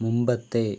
മുമ്പത്തെ